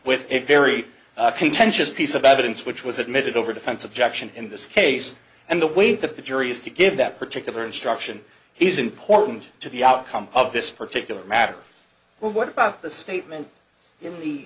with a very contentious piece of evidence which was admitted over defense objection in this case and the way that the jury is to give that particular instruction is important to the outcome of this particular matter what about the statement in the